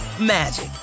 magic